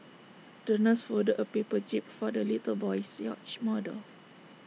the nurse folded A paper jib for the little boy's yacht model